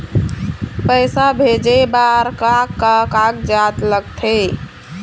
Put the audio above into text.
पैसा भेजे बार का का कागजात लगथे?